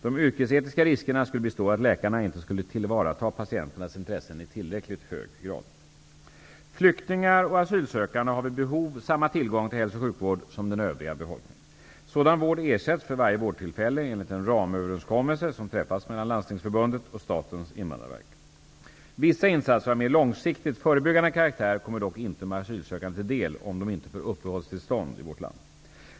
De yrkesetiska riskerna skulle bestå i att läkarna inte skulle tillvarata patienternas intressen i tillräckligt hög grad. Flyktingar och asylsökande har vid behov samma tillgång till hälso och sjukvård som den övriga befolkningen. Sådan vård ersätts för varje vårdtillfälle enligt en ramöverenskommelse som träffats mellan Landstingsförbundet och Statens invandrarverk. Vissa insatser av mer långsiktig förebyggande karaktär kommer dock inte de asylsökande till del, om de inte får uppehållstillstånd i landet.